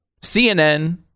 CNN